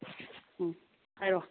ꯍꯥꯏꯌꯣ